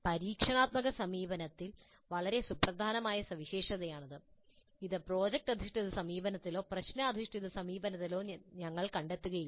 പരീക്ഷണാത്മക സമീപനത്തിന്റെ വളരെ സുപ്രധാനമായ സവിശേഷതയാണിത് ഇത് പ്രോജക്റ്റ് അധിഷ്ഠിത സമീപനത്തിലോ പ്രശ്ന അധിഷ്ഠിത സമീപനത്തിലോ ഞങ്ങൾ കണ്ടെത്തുകയില്ല